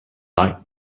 like